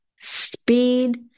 speed